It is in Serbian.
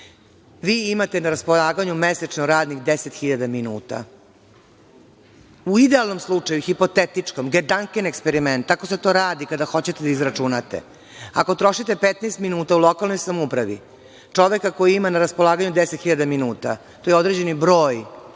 poslove. Imate na raspolaganju mesečno radnih 10.000 minuta. U idealnom slučaju, hipotetičkom, gedanken eksperiment, tako se to radi kada hoćete da izračunate, ako trošite 15 minuta u lokalnoj samoupravi čoveka koji ima na raspolaganju 10.000 minuta, to je određeni broj